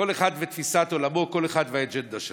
כל אחד ותפיסת עולמו, כל אחד והאג'נדה שלו.